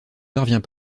parvient